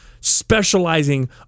specializing